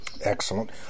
Excellent